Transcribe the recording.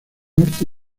norte